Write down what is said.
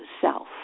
self